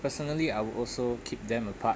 personally I would also keep them apart